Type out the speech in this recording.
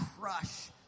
crush